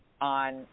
on